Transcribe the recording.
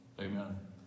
Amen